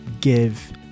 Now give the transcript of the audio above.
give